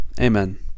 Amen